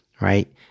right